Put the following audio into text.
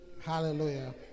Hallelujah